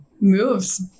moves